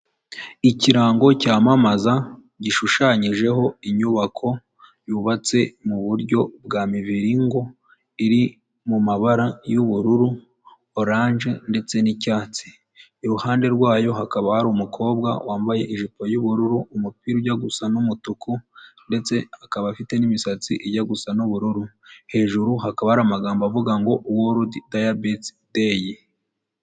Ikirango cyamamaza gishushanyijeho inyubako yubatse muburyo bwa mibiriringo, iri mu mu mabara y'ubururu, oranje ndetse n'icyatsi, iruhande rwayo hakaba hari umukobwa wambaye ijipo y'ubururu, umupira ujya gusa n'umutuku ndetse akaba afite n'imisatsi ijya gusa n'ubururu, hejuru hakaba hari amagambo avuga ngo wodi dayabeti dayi.